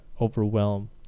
overwhelm